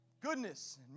Goodness